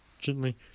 gently